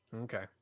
Okay